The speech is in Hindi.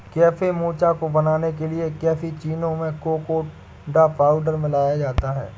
कैफे मोचा को बनाने के लिए कैप्युचीनो में कोकोडा पाउडर मिलाया जाता है